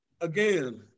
again